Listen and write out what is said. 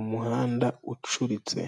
umuhanda ucuritse.